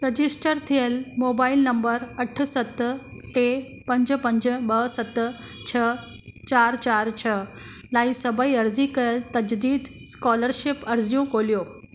register थियल mobile number अठ सत टे पंज पंज ॿ सत छह चारि चारि छह लाइ सभई अर्ज़ी कयल तजदीद स्कोलरशिप अर्ज़ियूं ॻोल्हियो